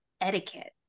etiquette